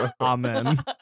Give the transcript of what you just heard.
Amen